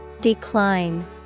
Decline